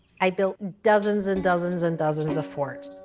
i built dozens and dozens and dozens of forts.